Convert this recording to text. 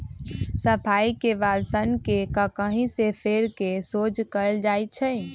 सफाई के बाद सन्न के ककहि से फेर कऽ सोझ कएल जाइ छइ